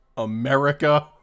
America